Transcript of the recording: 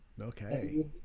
okay